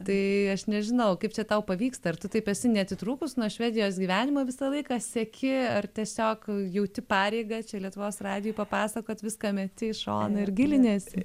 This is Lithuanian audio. tai aš nežinau kaip čia tau pavyksta ar tu taip esi neatitrūkus nuo švedijos gyvenimo visą laiką seki ar tiesiog jauti pareigą čia lietuvos radijui papasakot viską meti į šoną ir giliniesi